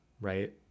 right